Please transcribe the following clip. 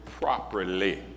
properly